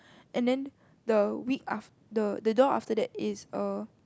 and then the week aft~ the the door after that is err